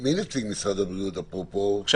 מי נציג משרד הבריאות בדיון?